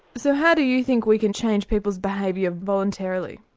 so how do you think we can change people's behaviour voluntarily?